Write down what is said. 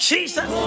Jesus